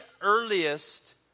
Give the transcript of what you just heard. earliest